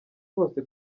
hose